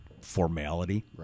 formality